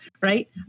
right